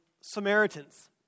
Samaritans